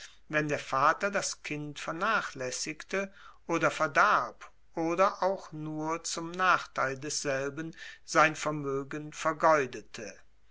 wenn der vater das kind vernachlaessigte oder verdarb oder auch nur zum nachteil desselben sein vermoegen vergeudete